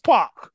Park